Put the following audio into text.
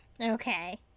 Okay